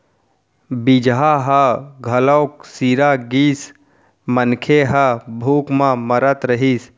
बीजहा ह घलोक सिरा गिस, मनखे ह भूख म मरत रहिस